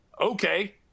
okay